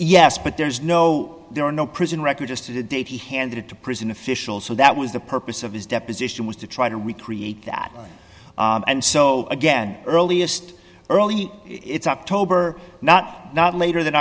yes but there's no there are no prison record just a date he handed it to prison officials so that was the purpose of his deposition was to try to recreate that and so again earliest early it's october not not later th